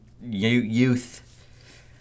youth